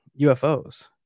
ufos